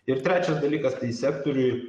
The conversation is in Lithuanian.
ir trečias dalykas tai sektoriui